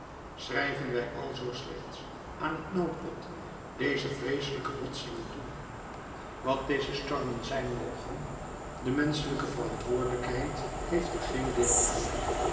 schrijven wij alzoo slechts aan het noodlot deze vreeselijke botsingen toe wat deze stormen zijn mogen de menschelijke verantwoordelijkheid heeft er geen deel aan